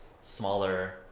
smaller